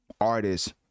artists